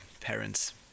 parents